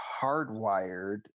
hardwired